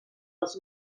els